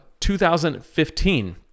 2015